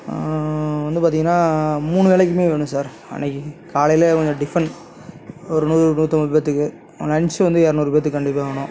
வந்து பார்த்தீங்கன்னா மூணு வேலைக்குமே வேணும் சார் அன்னைக்கு காலையில கொஞ்சம் டிஃபன் ஒரு நூறு நூற்றம்பது பேர்த்துக்கு லஞ்ச் வந்து இரநூறு பேர்த்துக்கு கண்டிப்பாக வேணும்